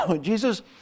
Jesus